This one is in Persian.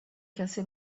کسی